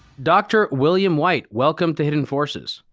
dr. william white, welcome to hidden forces.